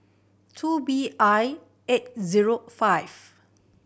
two B I eight zero five